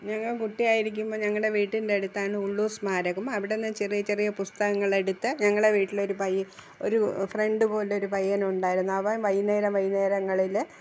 ഞങ്ങള് കുട്ടിയായിരിക്കുമ്പോള് ഞങ്ങളുടെ വീട്ടിൻ്റെടുത്താണ് ഉള്ളൂർ സ്മാരകം അവിടുന്ന് ചെറിയ ചെറിയ പുസ്തകങ്ങളെടുത്ത് ഞങ്ങളെ വീട്ടിലൊരു ഒരു ഫ്രണ്ട് പോലൊരു പയ്യനുണ്ടായിരുന്നു അവൻ വൈകുന്നേരം വൈകുന്നേരങ്ങളില്